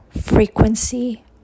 frequency